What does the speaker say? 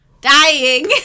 dying